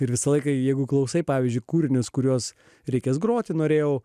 ir visą laiką jeigu klausai pavyzdžiui kūrinius kuriuos reikės groti norėjau